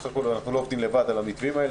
אנחנו לא עובדים לבד על המתווים האלה,